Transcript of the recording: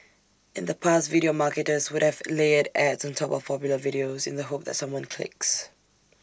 in the past video marketers would have layered ads on top of popular videos in the hope that someone clicks